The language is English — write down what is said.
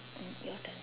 um your turn